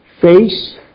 face